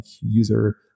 user